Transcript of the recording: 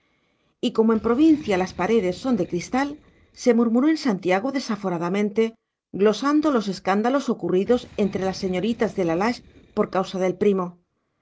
y como en provincia las paredes son de cristal se murmuró en santiago desaforadamente glosando los escándalos ocurridos entre las señoritas de la lage por causa del primo